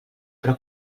però